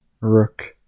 rook